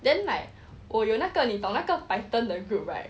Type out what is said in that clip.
then like 我有那个你懂那个 python the group right